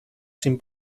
sin